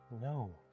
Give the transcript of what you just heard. No